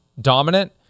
dominant